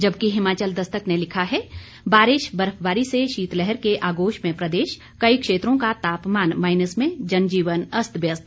जबकि हिमाचल दस्तक ने लिखा है बारिश बर्फबारी से शीतलहर के आगोश में प्रदेश कई क्षेत्रों का तापमान माइनस में जनजीवन अस्त व्यस्त